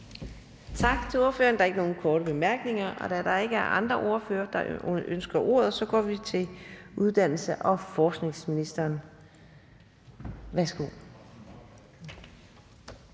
Tak til ordføreren. Der er ikke nogen korte bemærkninger, og da der ikke er andre ordførere, der ønsker ordet, så går vi til uddannelses- og forskningsministeren. Værsgo.